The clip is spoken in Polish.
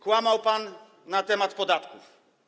Kłamał pan na temat podatków.